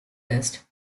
list